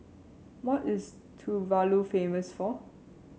what is Tuvalu famous for